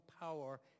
power